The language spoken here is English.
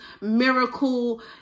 miracle